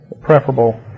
preferable